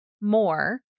more